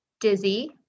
dizzy